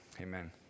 Amen